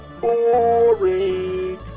boring